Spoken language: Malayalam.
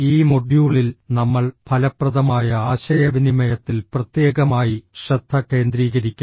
ഈ മൊഡ്യൂളിൽ നമ്മൾ ഫലപ്രദമായ ആശയവിനിമയത്തിൽ പ്രത്യേകമായി ശ്രദ്ധ കേന്ദ്രീകരിക്കും